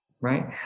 right